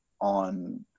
on